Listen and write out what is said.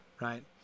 right